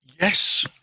Yes